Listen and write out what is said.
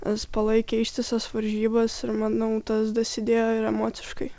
nes palaikė ištisas varžybas ir manau tas dasidėjo ir emociškai